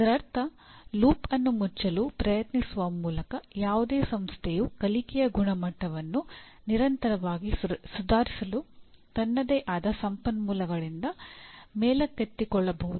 ಇದರರ್ಥ ಲೂಪ್ ಅನ್ನು ಮುಚ್ಚಲು ಪ್ರಯತ್ನಿಸುವ ಮೂಲಕ ಯಾವುದೇ ಸಂಸ್ಥೆಯು ಕಲಿಕೆಯ ಗುಣಮಟ್ಟವನ್ನು ನಿರಂತರವಾಗಿ ಸುಧಾರಿಸಲು ತನ್ನದೇ ಆದ ಸಂಪನ್ಮೂಲಗಳಿಂದ ಮೇಲಕ್ಕೆತ್ತಿಕೊಳ್ಳಬಹುದು